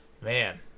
Man